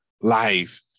life